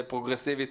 פרוגרסיבית.